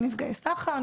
נפגעי סחר,